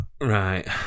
right